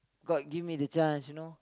god give me the chance you know